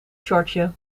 shortje